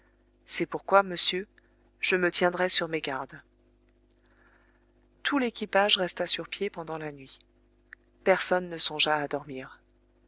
c'est pourquoi monsieur je me tiendrai sur mes gardes tout l'équipage resta sur pied pendant la nuit personne ne songea à dormir